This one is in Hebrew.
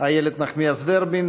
איילת נחמיאס ורבין,